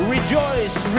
Rejoice